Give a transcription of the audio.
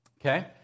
Okay